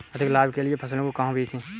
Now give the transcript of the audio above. अधिक लाभ के लिए फसलों को कहाँ बेचें?